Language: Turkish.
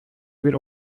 bir